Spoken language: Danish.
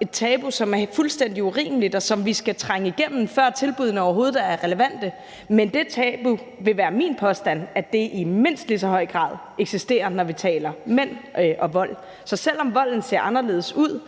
et tabu, som er fuldstændig urimeligt, og som vi skal trænge igennem, før tilbuddene overhovedet er relevante – men det tabu vil det være min påstand i mindst lige så høj grad eksisterer, når vi taler om mænd og vold. Så selv om volden ser anderledes ud,